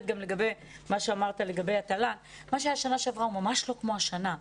לגבי מה שאמרת לגבי התל"ן הוא ממש לא כמו השנה.